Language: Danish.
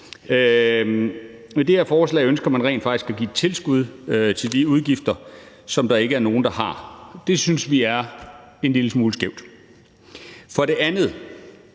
det her forslag ønsker man rent faktisk at give et tilskud til de udgifter, der ikke er nogen, der har. Det synes vi er en lille smule skævt. For det andet